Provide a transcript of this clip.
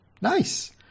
nice